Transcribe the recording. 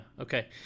okay